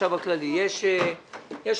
החשב הכללי, יש חוק,